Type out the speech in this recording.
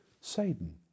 Satan